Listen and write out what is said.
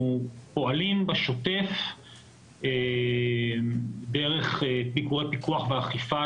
אנחנו פועלים בשוטף דרך ביקורי פיקוח ואכיפה,